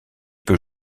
peut